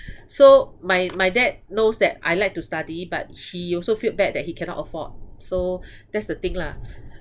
so my my dad knows that I like to study but he also felt bad that he cannot afford so that's the thing lah